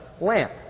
lamp